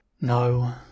No